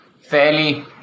fairly